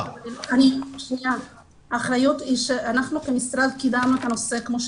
כמו שאמיר הסביר, אנחנו כמשרד קידמנו את הנושא.